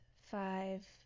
five